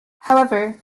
however